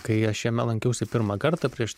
kai aš jame lankiausi pirmą kartą prieš